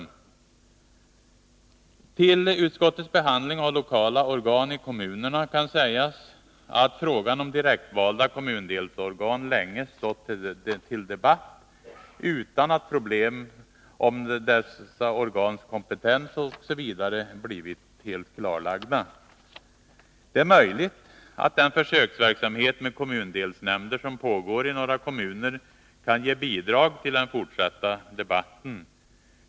När det gäller utskottets behandling av lokala organ i kommunerna kan sägas att frågan om direktvalda kommundelsorgan länge stått till debatt utan att problem om dessa organs kompetens osv. blivit helt klarlagda. Det är möjligt att den försöksverksamhet med kommundelsnämnder som pågår i några kommuner kan ge bidrag till den fortsatta debatten.